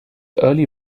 early